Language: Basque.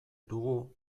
dugu